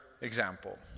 example